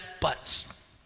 butts